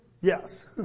Yes